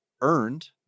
earned